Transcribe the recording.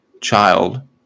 child